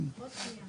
חה"כ ולדימיר בליאק.